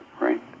right